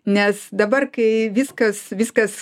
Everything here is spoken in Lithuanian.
nes dabar kai viskas viskas